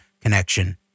connection